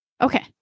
Okay